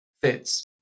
fits